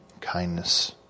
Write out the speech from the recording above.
kindness